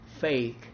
fake